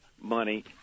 money